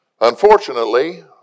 Unfortunately